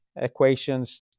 equations